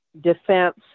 defense